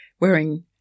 wearing